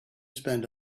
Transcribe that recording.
spend